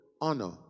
honor